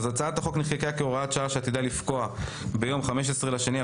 הצעת החוק נחקקה כהוראת שעה שעתידה לפקוע ביום 15.2.2023,